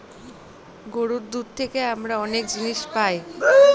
গরুর দুধ থেকে আমরা অনেক জিনিস পায়